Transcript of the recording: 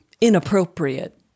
inappropriate